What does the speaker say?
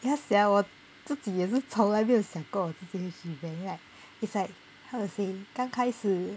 ya sia 我自己也是从来没有想过我自己会去 bank right it's like how to say 刚开始